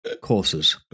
courses